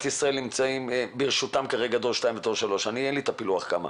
ישראל יש שברשותם מכשירי דור 2 ודור 3. לי אין פילוח כמה.